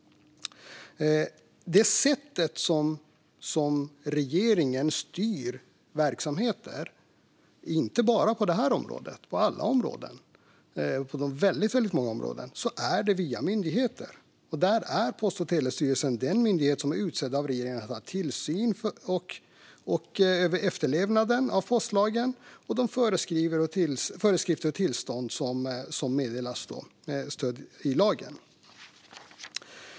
Det sätt som regeringen styr verksamheter på, inte bara på det här området utan på alla områden, är via myndigheter. Där är Post och telestyrelsen den myndighet som är utsedd av regeringen att utöva tillsyn och kontrollera efterlevnaden av postlagen och de föreskrifter och tillstånd som meddelas med stöd av lagen.